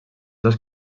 dos